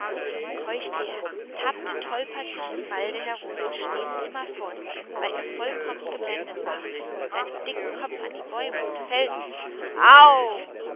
keuchte er tappte tolpatschig im walde herum und stieß immerfort weil er vollkommen geblendet war mit seinem dicken kopf an die bäume und felsen au